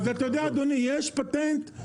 אז אתה יודע אדוני יש פטנט,